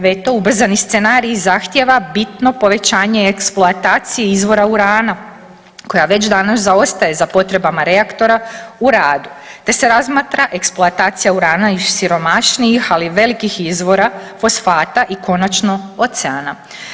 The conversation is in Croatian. Veto ubrzani scenarij i zahtjeva bitno povećanje eksploatacija izvora urana, koja već danas zaostaje za potrebama reaktora u radu te se razmatra eksploatacija urana iz siromašnijih ali velikih izvora fosfata i konačno oceana.